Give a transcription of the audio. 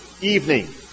evening